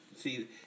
See